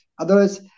otherwise